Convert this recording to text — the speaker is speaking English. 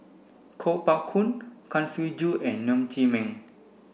Kuo Pao Kun Kang Siong Joo and Ng Chee Meng